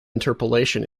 interpolation